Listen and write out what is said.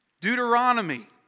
Deuteronomy